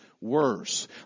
worse